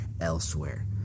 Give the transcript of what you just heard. elsewhere